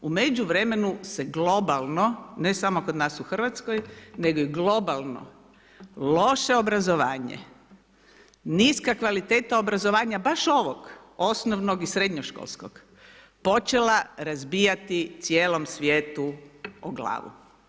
U međuvremenu se globalno, ne samo kod nas u Hrvatskoj, nego globalno, loše obrazovanje niska kvaliteta obrazovanja, baš ovog osnovnog i srednjoškolskog počela razbijati cijelom svijetu o glavu.